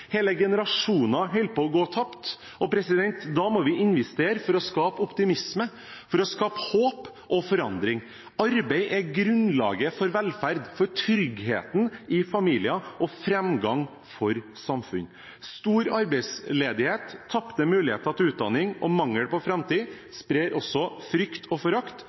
Hele generasjoner holder på å gå tapt. Da må vi investere for å skape optimisme, håp og forandring. Arbeid er grunnlaget for velferd, for trygghet i familien og for framgang for samfunn. Stor arbeidsledighet, tapte muligheter til utdanning og mangel på framtid sprer også frykt og forakt